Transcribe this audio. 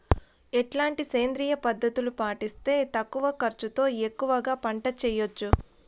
ఎట్లాంటి సేంద్రియ పద్ధతులు పాటిస్తే తక్కువ ఖర్చు తో ఎక్కువగా పంట చేయొచ్చు?